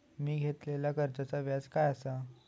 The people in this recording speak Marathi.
मी घेतलाल्या कर्जाचा व्याज काय आसा?